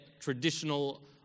traditional